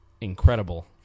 incredible